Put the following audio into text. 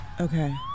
Okay